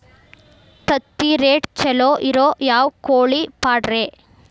ತತ್ತಿರೇಟ್ ಛಲೋ ಇರೋ ಯಾವ್ ಕೋಳಿ ಪಾಡ್ರೇ?